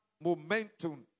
momentum